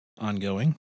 ongoing